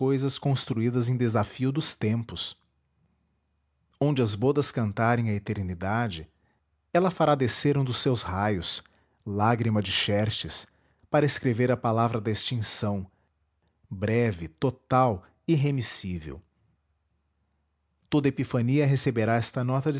cousas construídas em desafio dos tempos onde as bodas cantarem a eternidade ela fará descer um dos seus raios lágrima de xerxes para escrever a palavra da extinção breve total irremissível toda epifania receberá esta nota